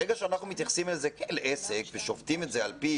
ברגע שאנחנו מתייחסים אל זה כאל עסק ושופטים את זה על פי